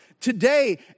Today